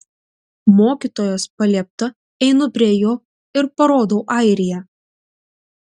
mokytojos paliepta einu prie jo ir parodau airiją